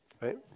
right